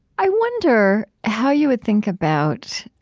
i wonder how you would think about